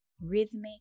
rhythmic